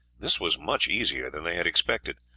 this was much easier than they had expected,